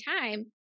time